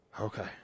Okay